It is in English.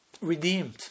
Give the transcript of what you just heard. redeemed